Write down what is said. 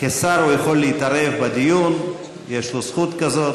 כשר הוא יכול להתערב בדיון, יש לו זכות כזאת.